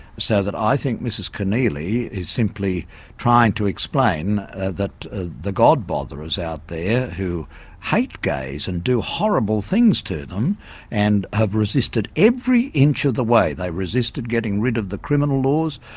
so that i think mrs keneally is simply trying to explain that ah the god botherers out there who hate gays and do horrible things to them and have resisted every inch of the way they resisted getting rid of the criminal laws,